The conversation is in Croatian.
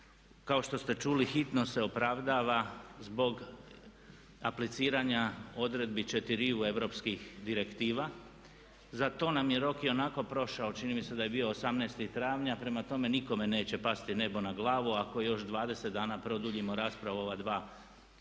Kao što ste čuli hitnost se opravdava zbog apliciranja odredbi 4 europskih direktiva. Za to nam je rok ionako prošao, čini mi se da je bio 18. travnja. Prema tome, nikome neće pasti nebo na glavu ako još 20 dana produljimo raspravu o ova dva